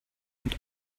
und